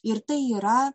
ir tai yra